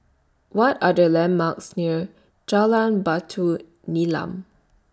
What Are The landmarks near Jalan Batu Nilam